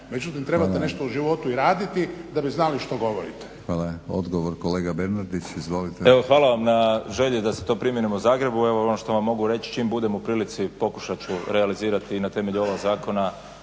Međutim, trebate nešto u životu i raditi da bi znali što govorite. **Batinić, Milorad (HNS)** Hvala. Odgovor, kolega Bernardić. Izvolite. **Bernardić, Davor (SDP)** Hvala vam na želji da se to primjeni u Zagrebu. Evo ono što vam mogu reći, čim budem u prilici pokušat ću realizirati na temelju ovog zakona